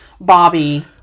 Bobby